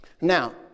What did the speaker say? Now